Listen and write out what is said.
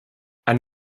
and